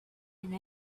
and